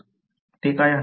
ते काय आहे